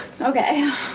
Okay